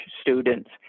students